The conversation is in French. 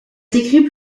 écrit